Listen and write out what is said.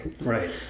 Right